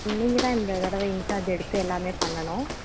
நீங்கள் தான் இந்த தடவை இன்சார்ஜ் எடுத்து எல்லாமே பண்ணனும்